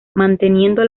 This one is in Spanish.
manteniendo